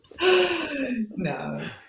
No